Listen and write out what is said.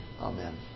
Amen